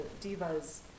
diva's